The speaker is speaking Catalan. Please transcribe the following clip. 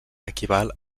equival